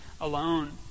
alone